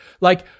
Like-